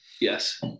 Yes